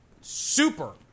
super